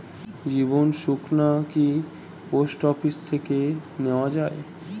জীবন সুকন্যা কি post office থেকে নেওয়া যায়?